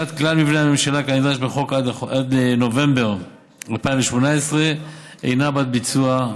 הנגשת כלל מבני הממשלה כנדרש בחוק עד נובמבר 2018 אינה בת-ביצוע,